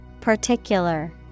Particular